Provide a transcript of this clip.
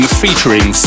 featuring